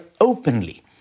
openly